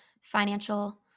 financial